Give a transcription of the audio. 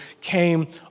came